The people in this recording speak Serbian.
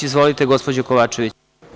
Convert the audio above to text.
Izvolite, gospođo Kovačević.